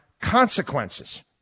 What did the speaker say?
consequences